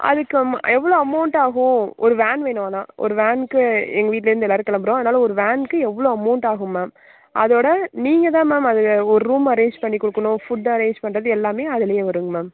அதுக்கு எவ்வளோ அமவுண்ட் ஆகும் ஒரு வேன் வேணும் ஆனால் ஒரு வேனுக்கு எங்கள் வீட்டில் இருந்து எல்லோரும் கிளம்புகிறோம் அதனால ஒரு வேனுக்கு எவ்வளோ அமவுண்ட் ஆகும் மேம் அதோட நீங்கள் தான் மேம் அது ஒரு ரூம் அரேஞ்ச் பண்ணி கொடுக்கணும் ஃபுட் அரேஞ்ச் பண்ணுறது எல்லாம் அதுலேயே வரும்ங்க மேம்